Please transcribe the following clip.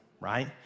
right